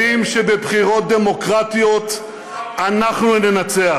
יודעים שבבחירות דמוקרטיות אנחנו ננצח,